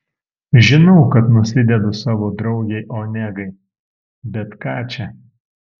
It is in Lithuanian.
žinau kad nusidedu savo draugei onegai bet ką čia